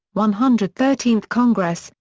one hundred thirteenth congress,